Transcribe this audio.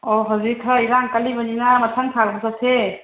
ꯑꯥꯎ ꯍꯧꯖꯤꯛ ꯈꯔ ꯏꯔꯥꯡ ꯀꯜꯂꯤꯕꯅꯤꯅ ꯃꯊꯪ ꯊꯥꯗ ꯆꯠꯁꯦ